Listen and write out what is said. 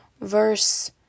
verse